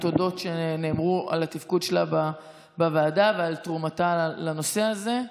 התודות שנאמרו על התפקוד שלה בוועדה ועל תרומתה לנושא הזה.